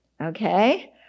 Okay